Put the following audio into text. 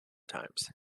times